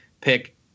pick